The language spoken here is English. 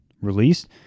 released